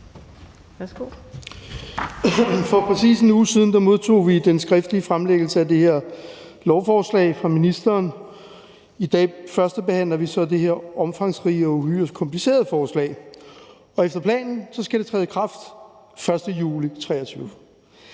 For præcis 1 uge siden modtog vi den skriftlige fremsættelse af det her lovforslag fra ministeren. I dag førstebehandler vi så det her omfangsrige og uhyre komplicerede forslag, og efter planen skal det træde i kraft den 1. juli 2023